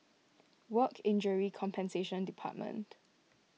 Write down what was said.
Work Injury Compensation Department